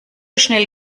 schnell